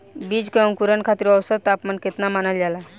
बीज के अंकुरण खातिर औसत तापमान केतना मानल जाला?